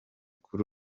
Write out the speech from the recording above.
kuri